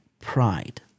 pride